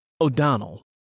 O'Donnell